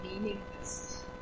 meaningless